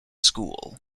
school